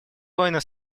войны